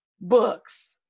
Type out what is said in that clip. books